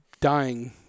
dying